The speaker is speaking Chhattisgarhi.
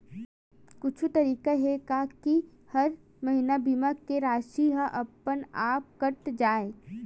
कुछु तरीका हे का कि हर महीना बीमा के राशि हा अपन आप कत जाय?